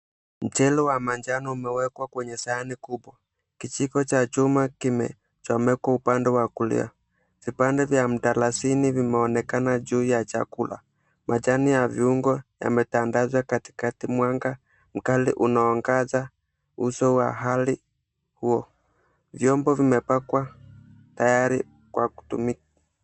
Mchele wa manjano umewekwa kwenye sahani kubwa. Kijiko cha chuma kimechomekwa upande wa kulia. Vipande vya mdalasini vimeonekana juu ya chakula. Majani ya viungo yametandazwa katikati, mwanga mkali unaoongoza uso wa hali huo. Vyombo vimepangwa tayari kwa kutumika.